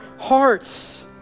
hearts